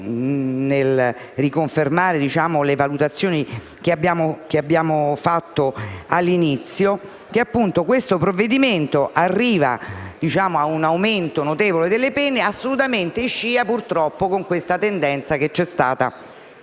nel riconfermare le valutazioni che abbiamo fatto all'inizio - che questo disegno di legge arrivi a un aumento notevole delle pene, assolutamente in scia purtroppo con la tendenza che c'è stata